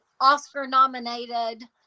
Oscar-nominated